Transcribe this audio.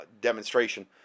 demonstration